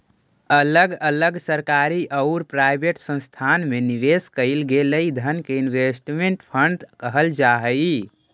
अलग अलग सरकारी औउर प्राइवेट संस्थान में निवेश कईल गेलई धन के इन्वेस्टमेंट फंड कहल जा हई